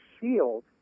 shield